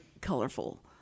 colorful